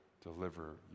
deliver